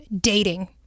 dating